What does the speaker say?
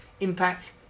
impact